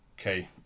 Okay